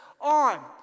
on